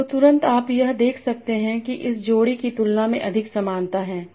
तो तुरंत आप यह देख सकते हैं कि इस जोड़ी की तुलना में अधिक समानता है